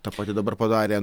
tą patį dabar padarė